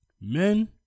Men